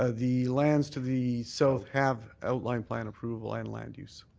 ah the lands to the south have outline plan approval and land use.